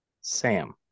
Sam